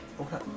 Okay